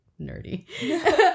nerdy